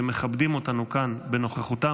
שמכבדים אותנו כאן בנוכחותם.